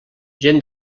gent